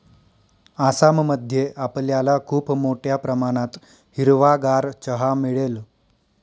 आसाम मध्ये आपल्याला खूप मोठ्या प्रमाणात हिरवागार चहा मिळेल